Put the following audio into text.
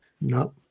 No